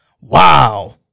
Wow